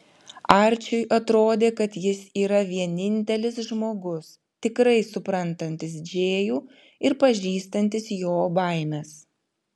arčiui atrodė kad jis yra vienintelis žmogus tikrai suprantantis džėjų ir pažįstantis jo baimes